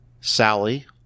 Sally